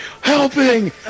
Helping